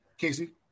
Casey